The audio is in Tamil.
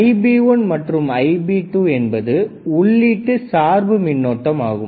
Ib1 மற்றும் Ib2 என்பது உள்ளீட்டு சார்பு மின்னோட்டம் ஆகும்